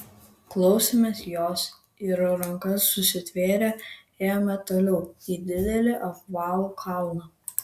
klausėmės jos ir rankas susitvėrę ėjome toliau į didelį apvalų kalną